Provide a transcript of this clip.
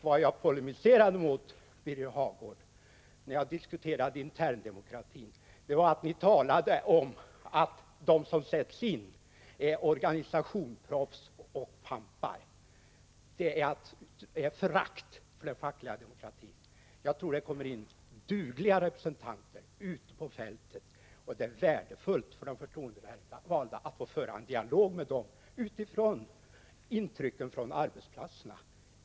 Vad jag polemiserade emot, Birger Hagård, när vi diskuterade interndemokratin var att ni talade om att de som sätts in är organisationsproffs och pampar. Det är förakt för den fackliga demokratin. Jag tror att det kommer in dugliga representanter från fältet. Det är värdefullt för de förtroendevalda att få föra en dialog med dessa utifrån intrycken från arbetsplatserna.